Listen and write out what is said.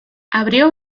abrió